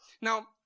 Now